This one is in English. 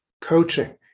coaching